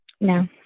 No